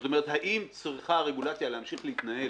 זאת אומרת האם צריכה הרגולציה להמשיך להתנהל